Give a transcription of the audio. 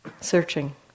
searching